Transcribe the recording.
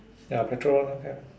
ya petrol one have